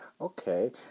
Okay